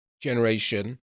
generation